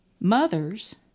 mothers